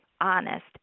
honest